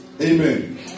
Amen